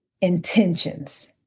intentions